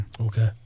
okay